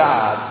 God